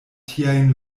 tiajn